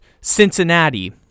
Cincinnati